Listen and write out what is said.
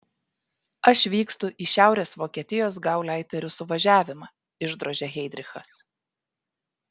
aš vykstu į šiaurės vokietijos gauleiterių suvažiavimą išdrožė heidrichas